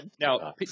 Now